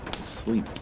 Sleep